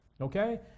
okay